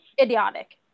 idiotic